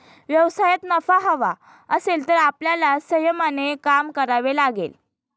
व्यवसायात नफा हवा असेल तर आपल्याला संयमाने काम करावे लागेल